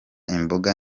imboga